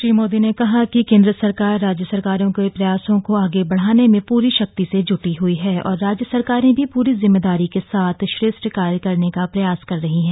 श्री मोदी ने कहा कि केन्द्र सरकार राज्य सरकारों के प्रयासों को आगे बढ़ाने में पूरी शक्ति से जुटी हुई है और राज्य सरकारें भी पूरी जिम्मेदारी के साथ श्रेष्ठ कार्य करने का प्रयास कर रही है